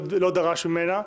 לא דרש ממנה.